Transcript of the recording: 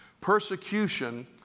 Persecution